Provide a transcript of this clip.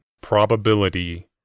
probability